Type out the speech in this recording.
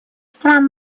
стран